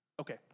Okay